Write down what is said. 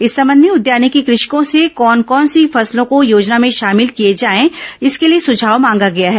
इस संबंध में उद्यानिकी कृषकों से कौन कौन सी फसलों को योजना में शामिल किए जाए इसके लिए सुझाव मांगा गया है